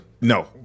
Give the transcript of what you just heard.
No